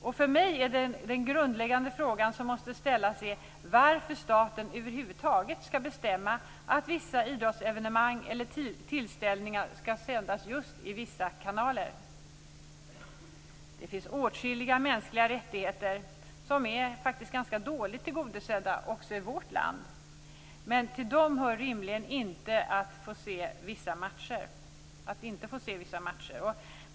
Jag menar att den grundläggande fråga som måste ställas är varför staten över huvud taget skall bestämma att vissa idrottsevenemang eller tillställningar skall sändas just i vissa kanaler. Åtskilliga mänskliga rättigheter är faktiskt ganska dåligt tillogodosedda också i vårt land. Till dem hör rimligen inte detta med att inte få se vissa matcher.